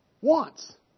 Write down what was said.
wants